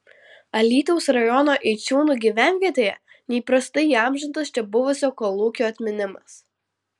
alytaus rajono eičiūnų gyvenvietėje neįprastai įamžintas čia buvusio kolūkio atminimas